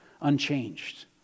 unchanged